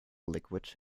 liquid